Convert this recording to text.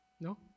No